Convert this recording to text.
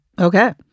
okay